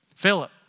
Philip